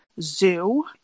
zoo